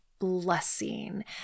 blessing